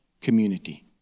community